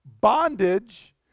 bondage